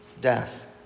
death